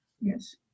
Yes